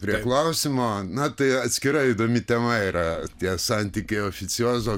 prie klausimo na tai atskira įdomi tema yra tie santykiai oficiozo